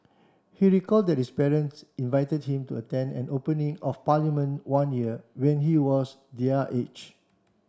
he recalled that his parents invited him to attend an opening of Parliament one year when he was their age